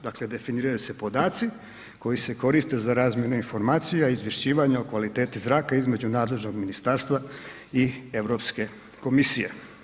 Dakle, definiraju se podaci koji se koriste za razmjenu informacija, izvješćivanja o kvaliteti zraka između nadležnog ministarstva i EU komisije.